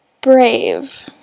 Brave